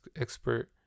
expert